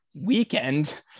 weekend